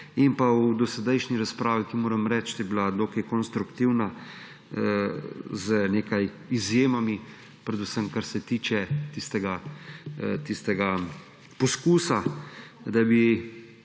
in v dozdajšnji razpravi, ki moram reči, je bila dokaj konstruktivna z nekaj izjemami, predvsem kar se tiče tistega poskusa, če bi